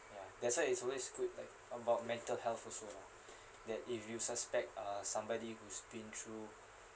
ya that's why it's always good right about mental health also lah that if you suspect uh somebody who's been through